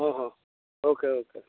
ହଁ ହଁ okay ଓ କେ